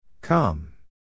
Come